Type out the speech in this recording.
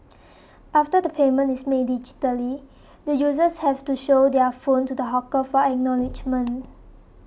after the payment is made digitally the users have to show their phone to the hawker for acknowledgement